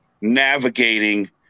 navigating